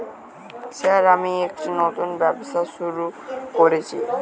Sir আমি একটি নতুন ব্যবসা শুরু করেছি?